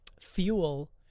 fuel